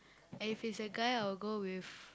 and if it's a guy I'll go with